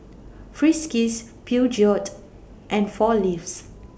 Friskies Peugeot and four Leaves